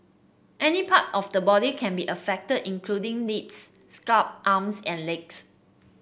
any part of the body can be affected including lips scalp arms and legs